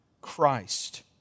Christ